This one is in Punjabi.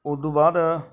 ਉਹ ਤੋਂ ਬਾਅਦ